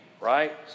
Right